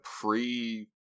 pre